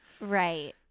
right